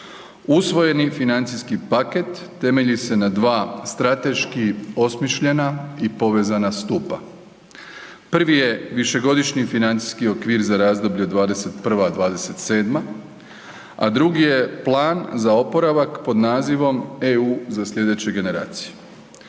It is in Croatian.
usvojeni financijski paket temelji se na dva strateški osmišljena i povezana stupa. Prvi je višegodišnji financijski okvir za razdoblje 2021.-.2027., a drugi je plan za oporavak pod nazivom „EU za sljedeće generacije“.